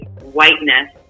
whiteness